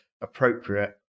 appropriate